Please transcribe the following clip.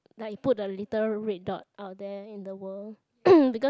like you put the literal red dot out there in the world because